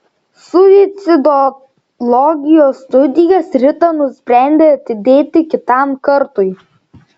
suicidologijos studijas rita nusprendė atidėti kitam kartui